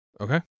Okay